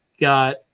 got